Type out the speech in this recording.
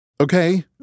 Okay